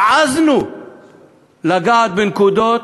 העזנו לגעת בנקודות,